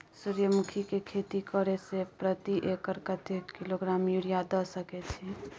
सूर्यमुखी के खेती करे से प्रति एकर कतेक किलोग्राम यूरिया द सके छी?